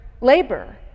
labor